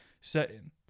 setting